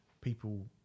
people